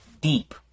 deep